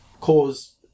cause